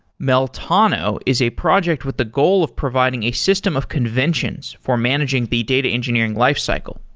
meltano is a project with the goal of providing a system of conventions for managing the data engineering lifecycle.